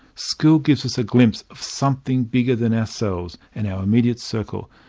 school gives us a glimpse of something bigger than ourselves and our immediate circle.